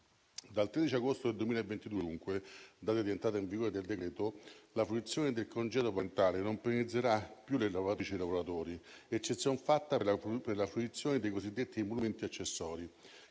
dal 13 agosto 2022 (data di entrata in vigore del decreto), la fruizione del congedo parentale non penalizzerà più le lavoratrici e i lavoratori, eccezion fatta per la fruizione dei cosiddetti emolumenti accessori,